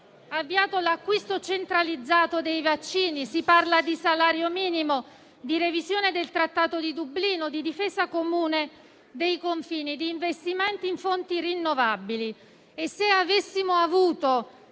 avviato l'acquisto centralizzato dei vaccini e si parla di salario minimo, di revisione del Trattato di Dublino, di difesa comune dei confini e di investimenti in fonti rinnovabili. Se avessimo avuto